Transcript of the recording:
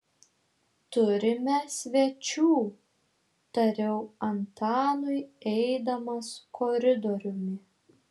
turime svečių tariau antanui eidamas koridoriumi